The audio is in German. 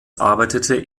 arbeitete